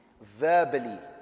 verbally